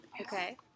Okay